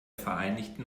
vereinigten